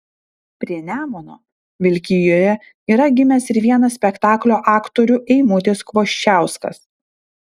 prie nemuno vilkijoje yra gimęs ir vienas spektaklio aktorių eimutis kvoščiauskas